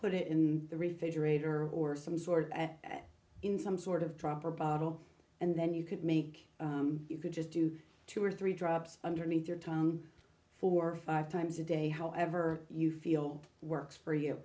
put it in the refrigerator or some sort in some sort of drop or bottle and then you could make you could just do two or three drops underneath your tongue four five times a day however you feel works for you